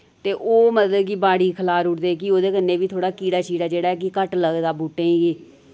ते ओह् मतलब कि बाड़ी खलारी ओड़दे कि ओह्दे कन्नै बी थोह्ड़ा कीड़ा शीड़ा जेह्ड़ा कि घट्ट लगदा बूह्टें गी